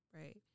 right